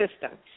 system